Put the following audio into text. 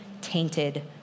tainted